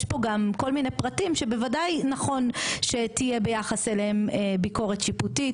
יש פה גם כל מיני פרטים שבוודאי נכון שתהיה ביחס אליהם ביקורת שיפוטית,